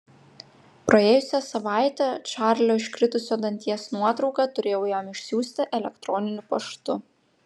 praėjusią savaitę čarlio iškritusio danties nuotrauką turėjau jam išsiųsti elektroniniu paštu